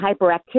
hyperactivity